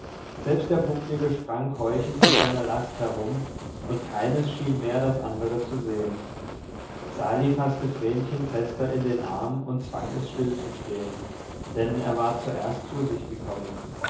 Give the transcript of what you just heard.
selbst der bucklige sprang keuchend mit seiner last herum und keines schien mehr das andere zu sehen sali faßte vrenchen fester in den arm und zwang es stillzustehen denn er war zuerst zu sich gekommen